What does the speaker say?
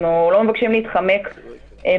אנחנו לא מבקשים להתחמק מהתהליך.